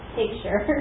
picture